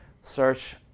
search